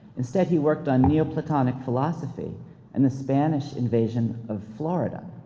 instead, he worked on neo-platonic philosophy and the spanish invasion of florida.